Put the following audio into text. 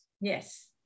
Yes